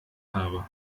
habe